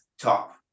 top